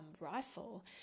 rifle